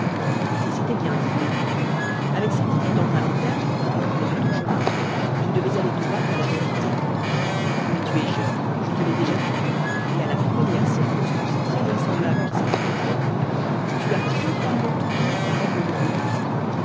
et c'était bien dit avec cette idée dans ta lanterne pour éclairer ton chemin tu devais aller droit à la vérité mais tu es jeune je te l'ai déjà dit et à la première circonstance très vraisemblable qui s'est rencontrée tu as totalement oublié ta règle de conduite